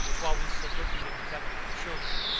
while we stood looking at each other like children.